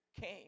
came